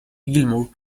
gilmour